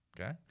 Okay